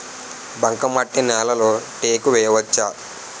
బంకమట్టి నేలలో టేకు వేయవచ్చా?